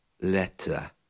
letter